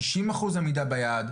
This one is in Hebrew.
שישים אחוז עמידה ביעד.